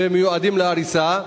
שהם מיועדים להריסה.